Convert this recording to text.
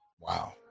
Wow